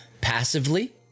passively